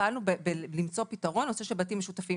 פעלנו על מנת למצוא פתרון לנושא של בתים משותפים.